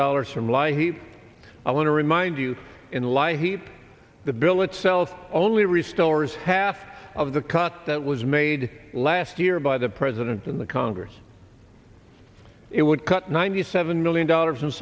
dollars from lie he i want to remind you in light heat the bill itself only restores half of the cut that was made last year by the president in the congress it would cut ninety seven million dollars